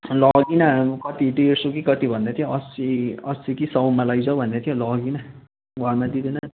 लगिनँ कति ढेड सय कि कति भन्दै थियो अस्सी कि सयमा लैजाउ भन्दै थियो लगिनँ घरमा दिँदैन